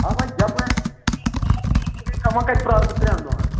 اَوا یِپٲرۍ ہے وۅنۍ کَتہِ پرٛارٕ بہٕ تر۪ٛنن دۄہَن